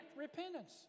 repentance